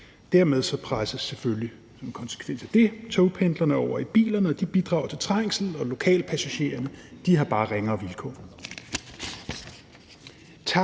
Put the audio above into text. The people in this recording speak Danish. af det selvfølgelig over i bilerne, og de bidrager til trængsel, og lokalpassagererne har bare ringere vilkår.